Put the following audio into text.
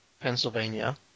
Pennsylvania